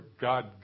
God